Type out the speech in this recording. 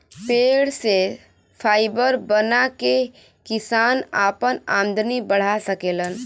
पेड़ से फाइबर बना के किसान आपन आमदनी बढ़ा सकेलन